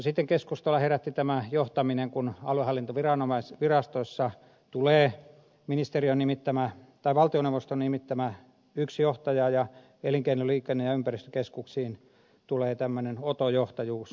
sitten keskustelua herätti tämä johtaminen kun aluehallintovirastoihin tulee valtioneuvoston nimittämä yksi johtaja ja elinkeino liikenne ja ympäristökeskuksiin tulee tämmöinen oto johtajuus